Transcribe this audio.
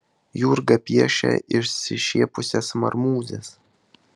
jurga piešia išsišiepusias marmūzes